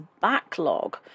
backlog